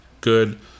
good